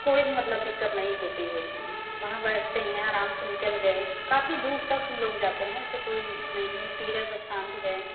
कोई भी मतलब दिक्कत नहीं होती है उसमें वहाँ बैठते हैं आराम से निकल गएँ काफी दूर तक हम लोग जाते हैं ऐसे कोई नहीं है तीरथ स्थान पर गएँ